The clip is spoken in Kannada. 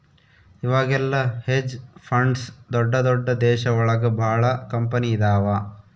ಇವಾಗೆಲ್ಲ ಹೆಜ್ ಫಂಡ್ಸ್ ದೊಡ್ದ ದೊಡ್ದ ದೇಶ ಒಳಗ ಭಾಳ ಕಂಪನಿ ಇದಾವ